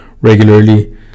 regularly